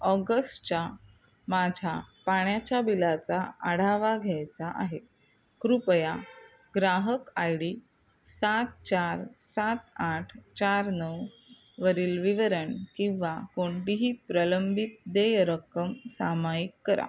ऑगस्सच्या माझ्या पाण्याच्या बिलाचा आढावा घ्यायचा आहे कृपया ग्राहक आय डी सात चार सात आठ चार नऊ वरील विवरण किंवा कोणडीही प्रलंबित देय रक्कम सामायिक करा